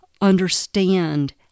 understand